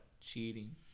Cheating